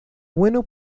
bueno